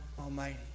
Almighty